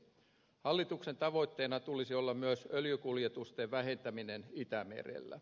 hallituksen tavoitteena tulisi olla myös öljykuljetusten vähentäminen itämerellä